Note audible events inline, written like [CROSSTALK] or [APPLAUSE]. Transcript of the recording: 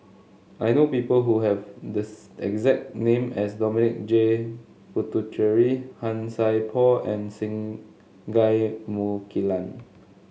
I know people who have the [UNINTELLIGIBLE] exact name as Dominic J Puthucheary Han Sai Por and Singai Mukilan